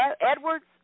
Edwards